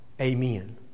Amen